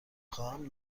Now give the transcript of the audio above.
خواهم